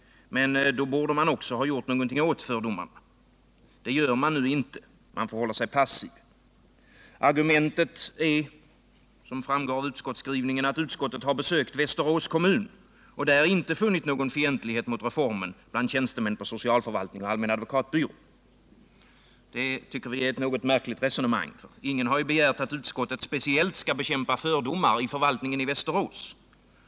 Men då borde man också göra något åt fördomarna. Det gör man nu inte. Man förhåller sig passiv. Argumentet är att utskottet besökt Västerås kommun och där inte funnit någon fientlighet mot reformen bland tjänstemän på socialförvaltning och allmän advokatbyrå. Det är ett något märkligt resonemang. Ingen har begärt att utskottet speciellt skall bekämpa fördomar i förvaltningen i Västerås.